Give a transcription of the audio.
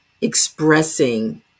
expressing